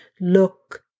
Look